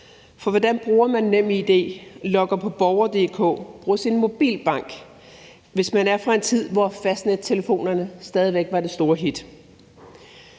for hvordan bruger man NemID, logger på borger.dk og bruger sin Mobilbank, hvis man er fra en tid, hvor fastnettelefonerne stadig væk var det store hit?